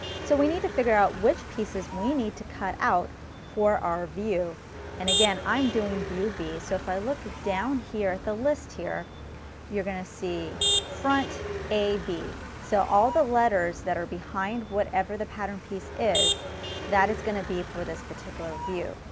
so we need to figure out which pieces we need to cut out for our view and again i'm doing view b. so if i look it down here at the list here you're going to see front ab. so all the letters that are behind whatever the pattern piece is that is going to be for this particular view.